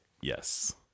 Yes